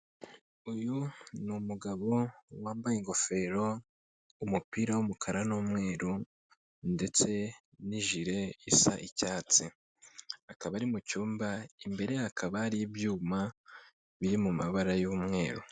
Uyu ni numugabo wambaye ingofero, umupira w'umukara n'umweru ndetse n'ijire isa icyatsi. Akaba ari mu cyumba, imbere ye hakaba hari ibyuma biri mu mabara y'umweru.